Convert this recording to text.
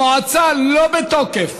המועצה לא בתוקף.